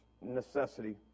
necessity